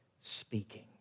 speaking